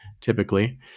typically